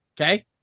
Okay